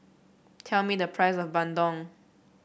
tell me the price of Bandung